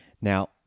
Now